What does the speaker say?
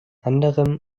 anderem